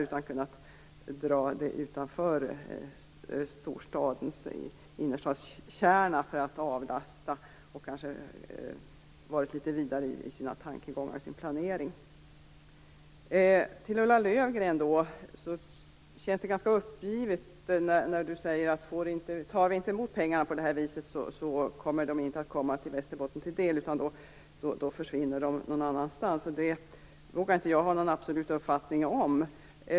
I stället kunde man ha dragit den utanför innerstadskärnan för att avlasta denna, och man kunde ha varit litet vidare i sina tankegångar och i sin planering. Det känns rätt uppgivet när Ulla Löfgren säger att om vi inte tar emot pengarna på det här viset kommer de inte att komma Västerbotten till del utan försvinner någon annanstans. Detta vågar jag inte ha någon absolut uppfattning om.